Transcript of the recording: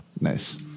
Nice